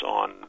on